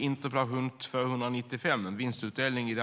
Herr talman!